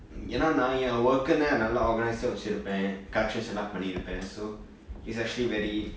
எனா நா என்:yenaa naa en work நல்லா:nalla organised வச்சுருப்பேன்:vachirupen card sheets எல்லா பன்னிருப்பேன்:ellaa pannirupen so is actually very